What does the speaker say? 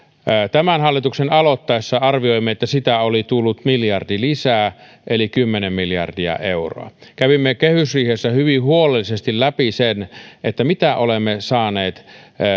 tämän hallituksen aloittaessa arvioimme että sitä oli tullut miljardi lisää eli kymmenen miljardia euroa kävimme kehysriihessä hyvin huolellisesti läpi sen mitä olemme saaneet